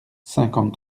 cinquante